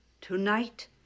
tonight